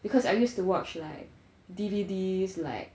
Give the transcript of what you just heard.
because I used to watch like D_V_Ds like